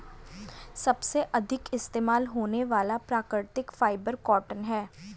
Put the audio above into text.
सबसे अधिक इस्तेमाल होने वाला प्राकृतिक फ़ाइबर कॉटन है